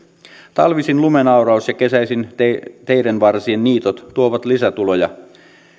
talvisin lumenauraus ja kesäisin teiden varsien niitot tuovat lisätuloja